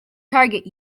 target